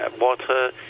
water